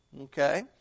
okay